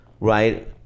right